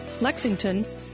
Lexington